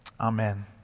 Amen